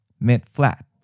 mid-flat